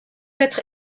être